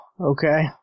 okay